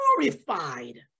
glorified